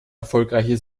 erfolgreiche